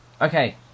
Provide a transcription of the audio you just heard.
Okay